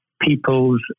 People's